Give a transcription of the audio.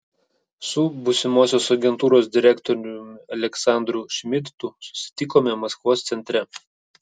su būsimosios agentūros direktoriumi aleksandru šmidtu susitikome maskvos centre